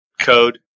code